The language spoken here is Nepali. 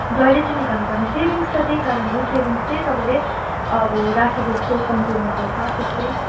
जहिले चाहिँ निकाल्नु पर्ने सेभिङ्स त त्यही कारण हो सेभिङ्स चाहिँ तपाईँले अब राखेको जस्तो कन्तुरमा पैसा त्यस्तै